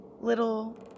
Little